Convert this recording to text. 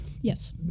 Yes